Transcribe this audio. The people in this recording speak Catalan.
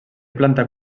planta